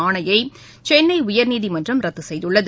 ஆணையை சென்னை உயர்நீதிமன்றம் ரத்து செய்துள்ளது